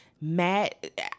Matt